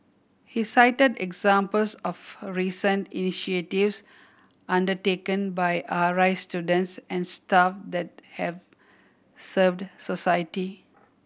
he cited examples of recent initiatives undertaken by R I students and staff that have served society